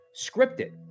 scripted